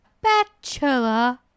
bachelor